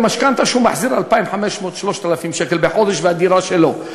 במשכנתה שהוא מחזיר 2,500 3,000 שקל בחודש והדירה שלו.